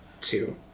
two